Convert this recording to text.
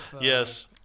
Yes